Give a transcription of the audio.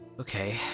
Okay